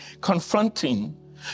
confronting